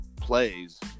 plays